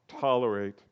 tolerate